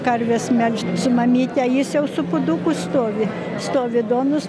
karvės melžt su mamyte jis jau su puoduku stovi stovi duonos